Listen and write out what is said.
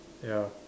ya